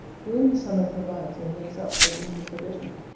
who in the summer provides and lays up her winter provision,